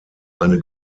eine